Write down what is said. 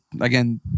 again